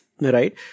right